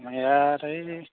আমাৰ ইয়াত এই